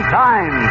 time